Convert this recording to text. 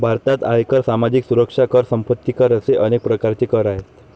भारतात आयकर, सामाजिक सुरक्षा कर, संपत्ती कर असे अनेक प्रकारचे कर आहेत